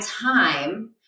time